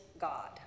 God